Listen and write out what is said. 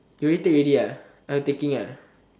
you already take already oh you taking